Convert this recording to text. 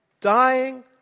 dying